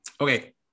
okay